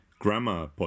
Grammar